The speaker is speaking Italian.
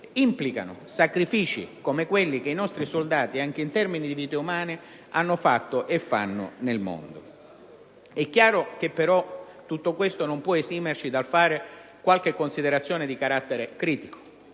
implicano sacrifici come quelli che i nostri soldati, anche in termini di vite umane, hanno fatto e stanno facendo nel mondo. Tutto questo non può tuttavia esimerci dal fare qualche considerazione di carattere critico,